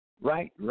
right